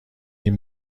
این